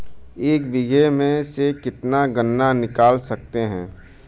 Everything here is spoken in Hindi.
एक बीघे में से कितना गन्ना निकाल सकते हैं?